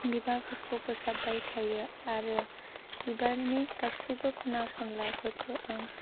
बिबारफोरखौ फोसाब्बाय थायो आरो बिबारनि गासैबो खना खनलाफोरखौ आं